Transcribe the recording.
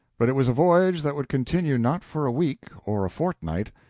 but it was a voyage that would continue not for a week or a fortnight,